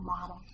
model